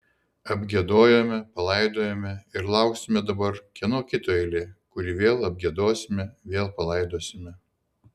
apgiedojome palaidojome ir lauksime dabar kieno kito eilė kurį vėl apgiedosime vėl palaidosime